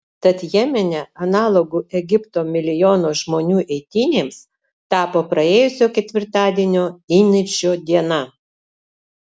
tad jemene analogu egipto milijono žmonių eitynėms tapo praėjusio ketvirtadienio įniršio diena